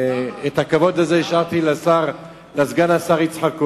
ואת הכבוד הזה השארתי לסגן השר יצחק כהן,